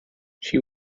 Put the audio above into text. she